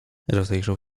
rozejrzał